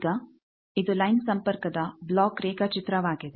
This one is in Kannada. ಈಗ ಇದು ಲೈನ್ ಸಂಪರ್ಕದ ಬ್ಲಾಕ್ ರೇಖಾಚಿತ್ರವಾಗಿದೆ